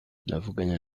navuganye